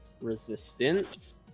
...resistance